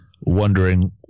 wondering